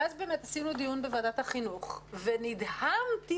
ואז ערכנו דיון בוועדת החינוך ונדהמתי